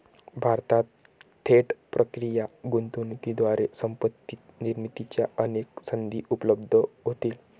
भारतात थेट परकीय गुंतवणुकीद्वारे संपत्ती निर्मितीच्या अनेक संधी उपलब्ध होतील